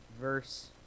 verse